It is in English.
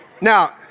Now